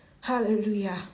Hallelujah